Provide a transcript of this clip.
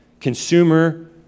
consumer